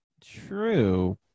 True